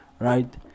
right